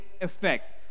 effect